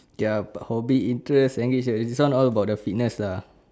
ya hobby interest engage this one all about the fitness lah